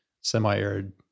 semi-arid